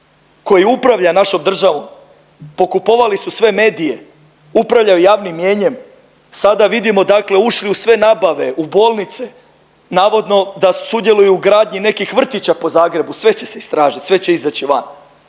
koji upravlja našom državom? Pokupovali su sve medije, upravljaju javnim mnijenjem, sada vidimo dakle ušli u sve nabave, u bolnice, navodno da sudjeluju u gradnji nekih vrtića po Zagrebu, sve će se istražiti, sve će izaći van.